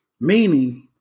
meaning